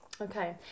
Okay